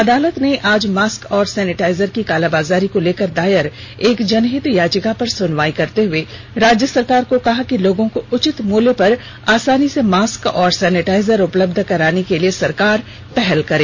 अदालत ने आज मास्क और सैनिटाइजर की कालाबाजारी को लेकर दायर एक जनहित याचिका पर सुनवाई करते हुए राज्य सरकार को कहा कि लोगों को उचित मूल्य पर आसानी से मास्क और सैनिटाइजर उपलब्ध कराने के लिए सरकार पहल करे